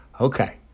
Okay